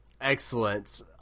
Excellent